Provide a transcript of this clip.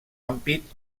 ampit